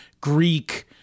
Greek